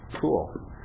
Cool